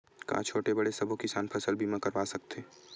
का छोटे बड़े सबो किसान फसल बीमा करवा सकथे?